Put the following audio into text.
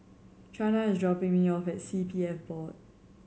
Chana is dropping me off at C P F Board